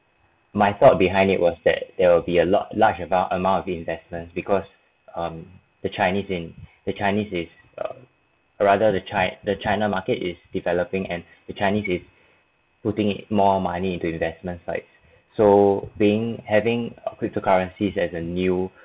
my thought behind it was that there will be a lot large amount amount of investments because um the chinese in the chinese is a rather the chi~ the china market is developing and the chinese is putting in more money into investments like so being having a cryptocurrencies as a new